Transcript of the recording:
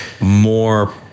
more